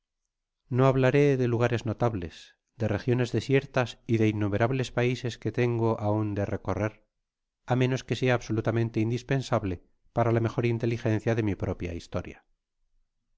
no hablaré de lugares notables de regiones desiertas y de innumerables paises qce tengo ano de recorrer ámenos que sea absolutamente indispensable para la mejor inteligencia de mi propia historia